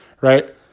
right